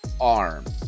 arms